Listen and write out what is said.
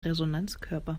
resonanzkörper